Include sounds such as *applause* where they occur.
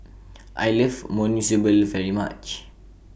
*noise* I like Monsunabe very much